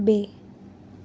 બે